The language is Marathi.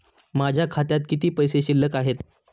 माझ्या खात्यात किती पैसे शिल्लक आहेत?